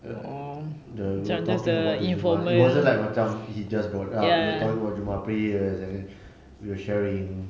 the the we were talking about it wasn't like macam he just brought up we were talking about jumaat prayers and then we were sharing